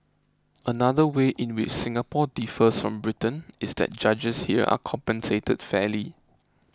another way in which Singapore differs from Britain is that judges here are compensated fairly